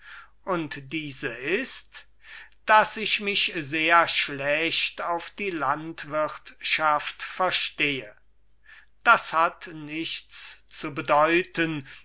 und diese ist daß ich mich sehr schlecht auf die landwirtschaft verstehe das hat nichts zu bedeuten